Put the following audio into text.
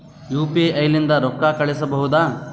UPI ಲಿಂದ ರೊಕ್ಕ ಕಳಿಸಬಹುದಾ?